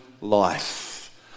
life